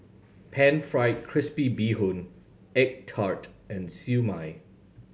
Pan Fried Crispy Bee Hoon egg tart and Siew Mai